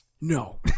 No